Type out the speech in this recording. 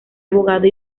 abogado